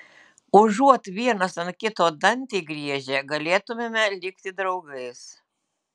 užuot vienas ant kito dantį griežę galėtumėme likti draugais